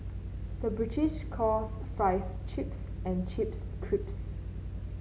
the British calls fries chips and chips crisps